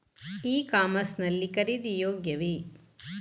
E commerce ಲ್ಲಿ ಖರೀದಿ ಯೋಗ್ಯವೇ?